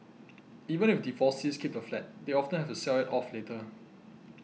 even if divorcees keep the flat they often have to sell it off later